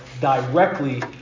directly